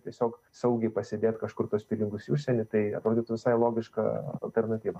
tiesiog saugiai pasidėt kažkur tuos pinigus į užsienį tai atrodytų visai logiška alternatyva